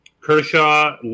Kershaw